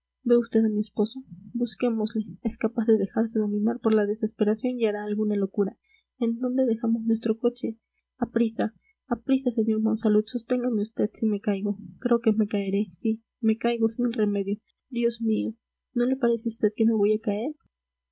ve usted a mi esposo busquémosle es capaz de dejarse dominar por la desesperación y hará alguna locura en dónde dejamos nuestro coche a prisa a prisa sr monsalud sosténgame vd si me caigo creo que me caeré sí me caigo sin remedio dios mío no le parece a vd que me voy a caer